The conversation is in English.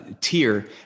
tier